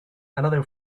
another